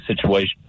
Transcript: situation